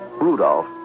Rudolph